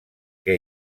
què